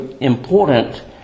important